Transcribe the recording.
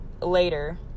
later